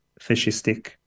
fascistic